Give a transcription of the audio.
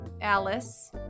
Alice